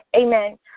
Amen